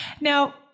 now